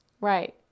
Right